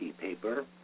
paper